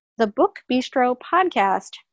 thebookbistropodcast